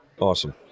awesome